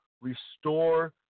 restore